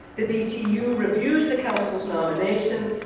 the btu reviews the council's nomination,